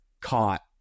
caught